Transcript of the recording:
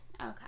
Okay